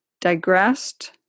digressed